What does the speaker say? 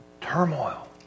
turmoil